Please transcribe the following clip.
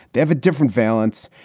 they have a different valence.